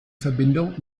verbindung